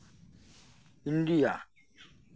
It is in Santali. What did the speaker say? ᱤᱱᱰᱤᱭᱟ